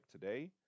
today